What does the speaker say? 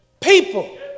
People